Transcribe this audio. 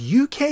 UK